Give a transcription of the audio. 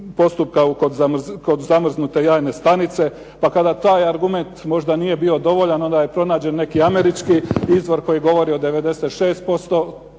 postupka kod zamrznute jajne stanice. Pa kada taj argument možda nije bio dovoljan onda je pronađen neki američki izvor koji govori o 96%